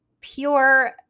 pure